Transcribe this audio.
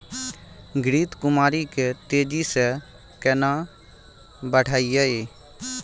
घृत कुमारी के तेजी से केना बढईये?